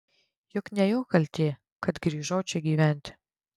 juk ne jo kaltė kad grįžau čia gyventi